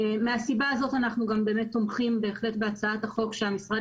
מהסיבה הזאת אנחנו גם באמת תומכים בהחלט בהצעת החוק שהמשרד